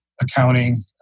accounting